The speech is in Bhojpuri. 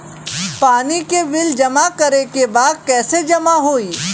पानी के बिल जमा करे के बा कैसे जमा होई?